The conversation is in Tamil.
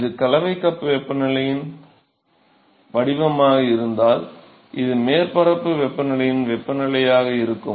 இது கலவை கப் வெப்பநிலையின் வடிவமாக இருந்தால் இது மேற்பரப்பு வெப்பநிலையின் வெப்பநிலையாக இருக்கும்